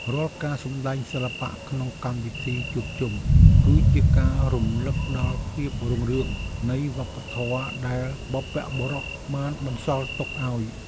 រាល់ការសម្តែងសិល្បៈក្នុងកម្មវិធីជួបជុំ គឺជាការរំលឹកដល់ភាពរុងរឿងនៃវប្បធម៌ដែលបុព្វបុរសបានបន្សល់ទុកឱ្យ។